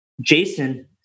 Jason